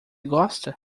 gosta